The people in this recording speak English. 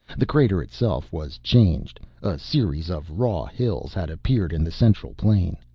the crater itself was changed. a series of raw hills had appeared in the central plain.